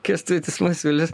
kęstutis masiulis